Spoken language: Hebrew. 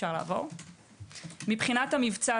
מבחינת המבצע,